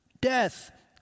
Death